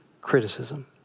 criticism